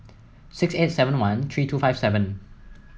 six eight seven one three two five seven